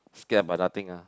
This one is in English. scared about nothing ah